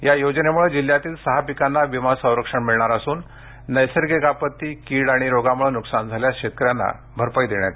या योजनेमुळे जिल्ह्यातील सहा पिकांना विमा संरक्षण मिळणार असून नैसर्गिक आपत्ती किड आणि रोगामुळे नुकसान झाल्यास शेतकऱ्यांना भरपाई देण्यात येणार आहे